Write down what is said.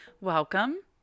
welcome